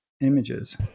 images